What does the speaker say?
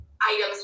items